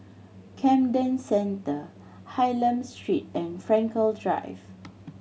Camden Centre Hylam Street and Frankel Drive